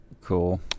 Cool